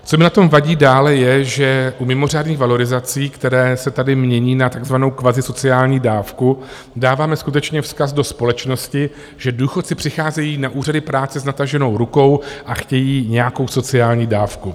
Co mi na tom vadí dále, je, že u mimořádných valorizací, které se tady mění na takzvanou kvazisociální dávku, dáváme skutečně vzkaz do společnosti, že důchodci přicházejí na úřady práce s nataženou rukou a chtějí nějakou sociální dávku.